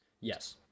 Yes